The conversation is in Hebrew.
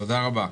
תודה רבה.